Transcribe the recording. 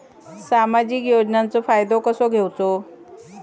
सामाजिक योजनांचो फायदो कसो घेवचो?